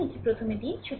সুতরাং এটি প্রথম দিন